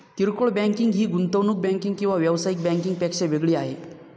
किरकोळ बँकिंग ही गुंतवणूक बँकिंग किंवा व्यावसायिक बँकिंग पेक्षा वेगळी आहे